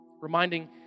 Reminding